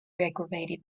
aggravated